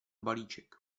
balíček